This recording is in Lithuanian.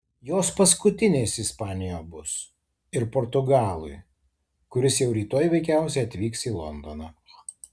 jos paskutinės ispanijoje bus ir portugalui kuris jau rytoj veikiausiai atvyks į londoną